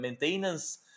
maintenance